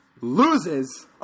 loses